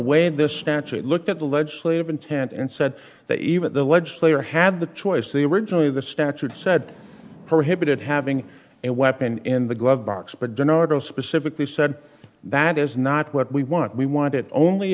way this statute looked at the legislative intent and said that even the legislature had the choice the originally the statute said prohibited having a weapon in the glove box but donato specifically said that is not what we want we want it only